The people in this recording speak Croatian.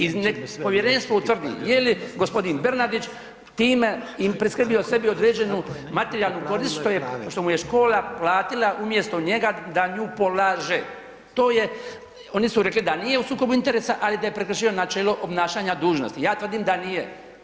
I nek povjerenstvo utvrdi je li gospodin Bernardić time priskrbio sebi određenu materijalnu korist što mu je škola platila umjesto njega da nju polaže, to je, oni su rekli da nije u sukobu interesa, ali da je prekršio načelo obnašanja dužnosti, ja tvrdim da nije.